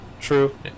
True